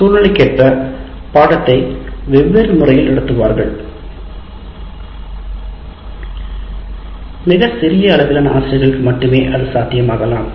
சூழ்நிலைக்கேற்ப பாடத்தை வெவ்வேறு முறையில் நடத்துவார்கள் மிக சிறிய அளவிலான ஆசிரியர்களுக்கு மட்டுமே அது சாத்தியமாகலாம்